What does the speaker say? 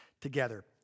together